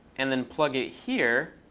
and then plug it here.